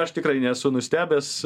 aš tikrai nesu nustebęs